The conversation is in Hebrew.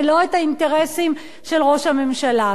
ולא את האינטרסים של ראש הממשלה.